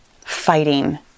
fighting